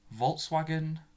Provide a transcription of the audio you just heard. Volkswagen